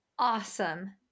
Awesome